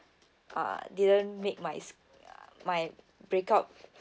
uh didn't make my sk~ my break out